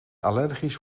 allergisch